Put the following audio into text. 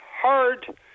hard